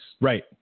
right